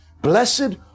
Blessed